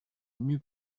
nue